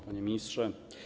Panie Ministrze!